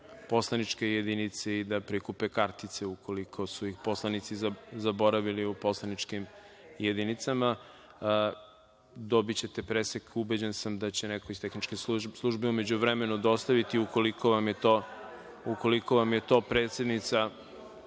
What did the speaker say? poslaničke jedinice i da prikupe kartice ukoliko su ih poslanici zaboravili u poslaničkim jedinicama. Dobićete presek, ubeđen sam da će neko iz tehničke službe u međuvremenu dostaviti, ukoliko vam je to predsednica